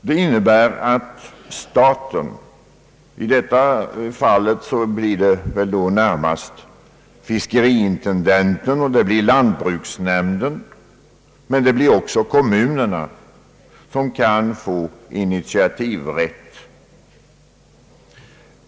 Det innebär att staten — i detta fall närmast fiskeriintendenten och lantbruksnämnden, men också kommunerna — kan få initiativrätt.